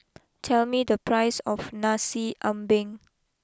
tell me the price of Nasi Ambeng